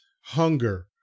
hunger